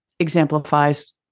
exemplifies